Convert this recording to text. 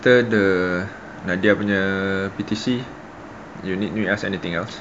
later the nadia punya P_T_C do you need to ask anything else